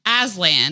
Aslan